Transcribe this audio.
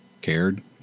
cared